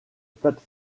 plate